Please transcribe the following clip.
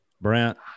Brant